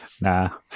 Nah